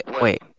wait